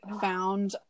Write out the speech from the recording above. found